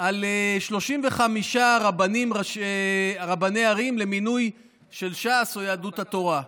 על 35 רבני ערים למינוי של ש"ס או יהדות התורה?